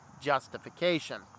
justification